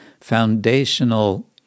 foundational